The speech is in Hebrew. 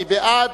מי בעד?